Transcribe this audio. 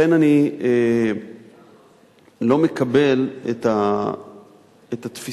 לכן אני לא מקבל את התפיסה.